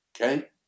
okay